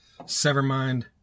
Severmind